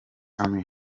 army